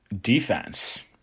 defense